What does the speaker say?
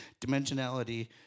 dimensionality